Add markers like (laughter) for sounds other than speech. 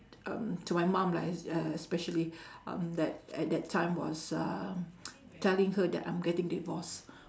um to my mum like es~ uh especially (breath) um that at that time was uh (noise) telling her that I'm getting divorced